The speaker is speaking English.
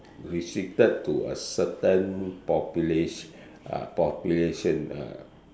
restricted to a certain population uh population ah